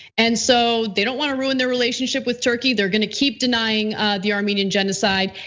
and so, they don't wanna ruin their relationship with turkey. they're gonna keep denying the armenian genocide.